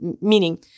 meaning